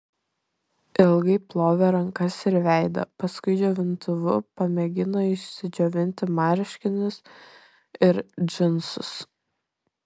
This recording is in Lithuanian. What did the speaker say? ilgai plovė rankas ir veidą paskui džiovintuvu pamėgino išsidžiovinti marškinius ir džinsus